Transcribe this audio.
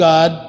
God